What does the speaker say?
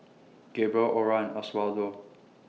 Gabriel Ora Oswaldo